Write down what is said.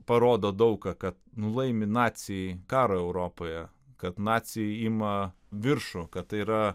parodo daug ką kad nu laimi naciai karą europoje kad naciai ima viršų kad tai yra